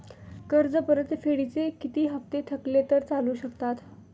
कर्ज परतफेडीचे किती हप्ते थकले तर चालू शकतात?